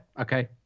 okay